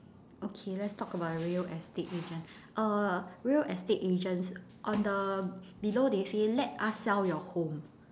okay let's talk about real estate agent err real estate agents on the below they say let us sell your home